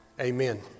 Amen